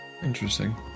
Interesting